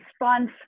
response